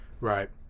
Right